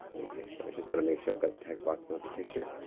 okay, so i just gotta make sure i got the text box, not the picture.